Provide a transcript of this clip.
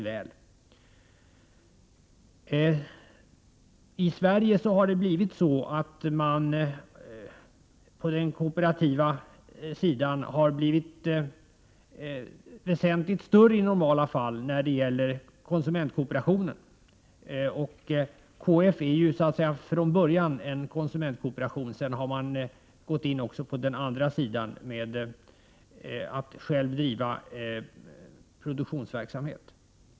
I Sverige har man på den kooperativa sidan blivit väsentligt större i normala fall när det gäller konsumentkooperationen. KF var från början en konsumentkooperation. Sedan har man också gått in på den andra sidan genom att själv driva produktionsverksamhet.